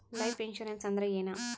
Life insurance ಅಂದ್ರ ಏನ?